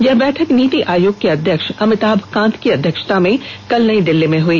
यह बैठक नीति आयोग के अध्यक्ष अमिताभ कांत की अध्यक्षता में कल नई दिल्ली में हुई